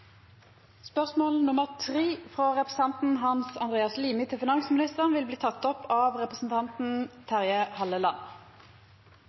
frå representanten Hans Andreas Limi til finansministeren, vil bli teke opp av representanten